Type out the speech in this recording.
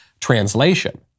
translation